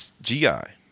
G-I